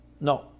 No